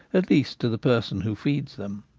at least to the person who feeds them.